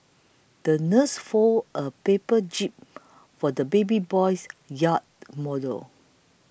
the nurse folded a paper jib for the baby boy's yacht model